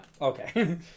okay